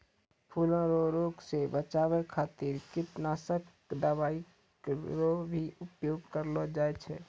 फूलो रो रोग से बचाय खातीर कीटनाशक दवाई रो भी उपयोग करलो जाय छै